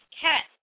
cat